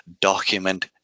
Document